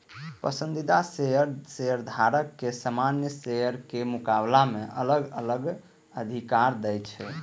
पसंदीदा शेयर शेयरधारक कें सामान्य शेयरक मुकाबला मे अलग अलग अधिकार दै छै